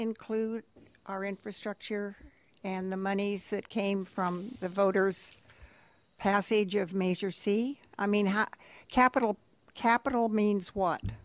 include our infrastructure and the monies that came from the voters passage of major c i mean capital capital means